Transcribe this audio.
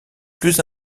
plus